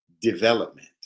development